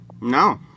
No